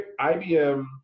IBM